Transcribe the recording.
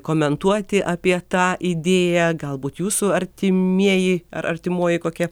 komentuoti apie tą idėją galbūt jūsų artimieji ar artimoji kokia